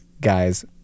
guy's